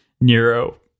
Nero